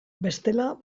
bestela